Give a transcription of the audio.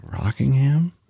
Rockingham